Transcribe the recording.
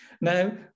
Now